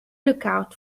lookout